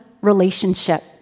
relationship